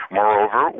Moreover